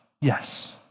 Yes